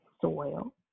soil